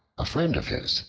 a friend of his,